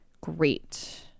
great